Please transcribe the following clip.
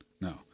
No